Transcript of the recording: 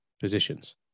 Positions